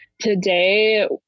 today